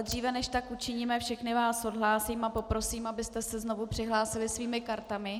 Dříve než tak učiníme, všechny vás odhlásím a poprosím, abyste se znovu přihlásili svými kartami.